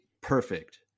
perfect